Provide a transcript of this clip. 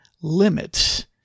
limits